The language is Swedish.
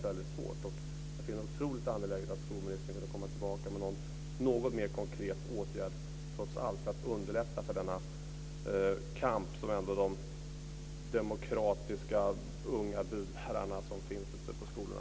Jag finner det otroligt angeläget att skolministern kommer tillbaka med någon mer konkret åtgärd för att underlätta denna kamp de demokratiska unga budbärarna för på skolorna.